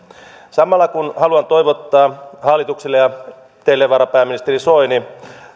samalla kun haluan toivottaa hallitukselle ja teille varapääministeri soini